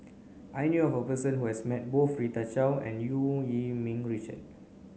I knew her person who has met both Rita Chao and Eu Yee Ming Richard